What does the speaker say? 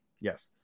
Yes